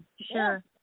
Sure